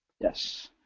Yes